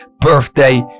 birthday